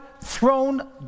throne